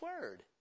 word